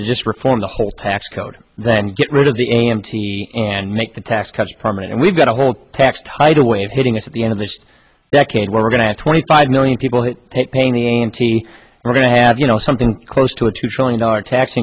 to just reform the whole tax code then get rid of the a m t and make the tax cuts permanent and we've got a whole tax tidal wave hitting us at the end of this decade we're going to have twenty five million people hit painting t v we're going to have you know something close to a two trillion dollar tax